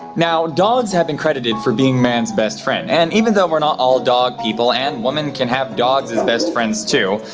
now, dogs have been credited for being man's best friend. and, even though we're not all dog people, and women can have dogs as best friends, too,